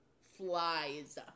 Flies